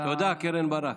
תודה, קרן ברק,